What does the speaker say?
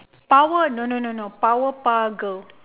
power no no no no power puff girl